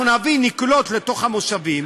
אנחנו נביא, נקלוט במושבים